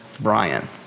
Brian